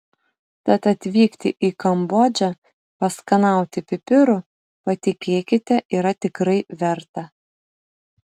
tad atvykti į kambodžą paskanauti pipirų patikėkite yra tikrai verta